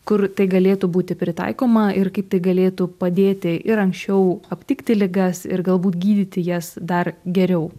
kur tai galėtų būti pritaikoma ir kaip tai galėtų padėti ir anksčiau aptikti ligas ir galbūt gydyti jas dar geriau